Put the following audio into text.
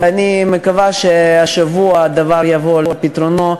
ואני מקווה שהשבוע הדבר יבוא על פתרונו.